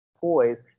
poise